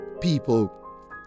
people